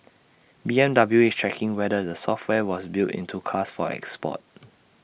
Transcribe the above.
B M W is checking whether the software was built into cars for export